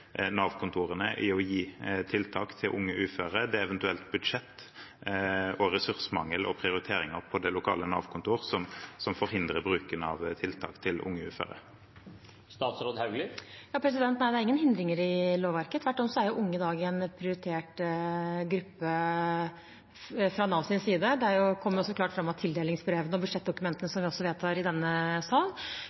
i å gi tiltak til unge uføre? Det er eventuelt budsjett, ressursmangel og prioriteringer på det lokale Nav-kontor som forhindrer bruken av tiltak til unge uføre? Nei, det er ingen hindringer i lovverket. Tvert imot er unge i dag en prioritert gruppe hos Nav. Det kommer også klart fram av tildelingsbrev og budsjettene som vedtas i denne salen. Flere av Nav-kontorene har egne ungdomsteam. Vi